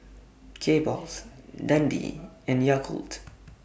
Kbox Dundee and Yakult